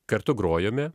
kartu grojome